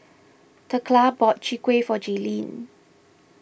thekla bought Chwee Kueh for Jaylene